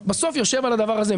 זה בסוף בגלל הדבר הזה.